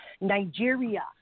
Nigeria